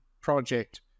project